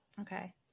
Okay